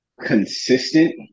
consistent